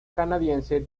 canadiense